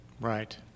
Right